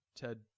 Ted